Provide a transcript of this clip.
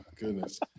goodness